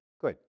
good